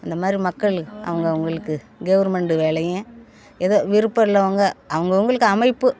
அந்த மாதிரி மக்கள் அவங்க அவங்களுக்கு கவுர்மெண்ட் வேலையும் எதோ விருப்பம் உள்ளவங்க அவங்கவங்களுக்கு அமைப்பு